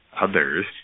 Others